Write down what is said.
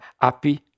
happy